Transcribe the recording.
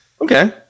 Okay